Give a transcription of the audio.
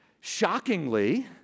Shockingly